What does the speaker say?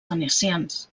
venecians